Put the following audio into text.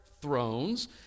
thrones